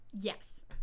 Yes